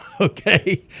Okay